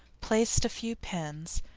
placed a few pins,